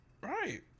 Right